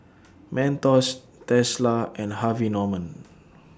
Mentos Tesla and Harvey Norman